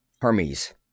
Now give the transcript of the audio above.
Hermes